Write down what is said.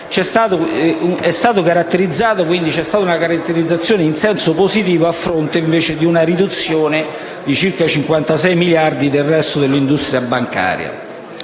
quindi, una caratterizzazione in senso positivo, a fronte, invece, di una riduzione di circa 56 miliardi del resto dell'industria bancaria.